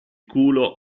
culo